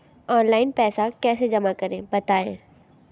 Online पैसा कैसे जमा करें बताएँ?